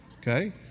okay